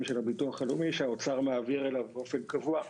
של הביטוח הלאומי שהאוצר מעביר אליו באופן קבוע.